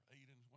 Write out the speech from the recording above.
Aiden